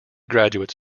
graduate